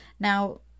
Now